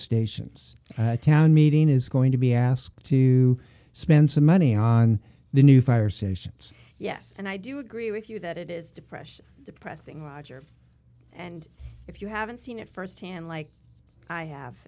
stations a town meeting is going to be asked to spend some money on the new fire stations yes and i do agree with you that it is depression depressing roger and if you haven't seen it firsthand like i have